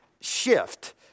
shift